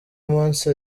umunsi